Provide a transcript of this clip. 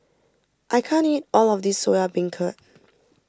I can't eat all of this Soya Beancurd